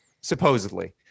supposedly